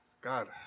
God